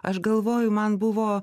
aš galvoju man buvo